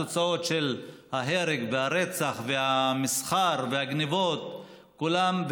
את התוצאות של ההרג והרצח והמסחר והגנבות כולם,